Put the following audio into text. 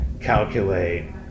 calculate